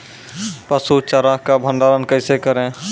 पसु चारा का भंडारण कैसे करें?